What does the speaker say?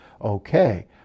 okay